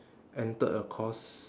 entered a course